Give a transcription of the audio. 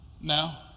now